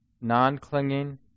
non-clinging